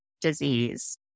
disease